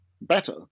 better